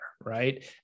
right